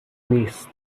نیست